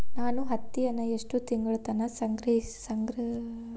ನಾನು ಹತ್ತಿಯನ್ನ ಎಷ್ಟು ತಿಂಗಳತನ ಸಂಗ್ರಹಿಸಿಡಬಹುದು?